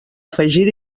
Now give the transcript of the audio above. afegir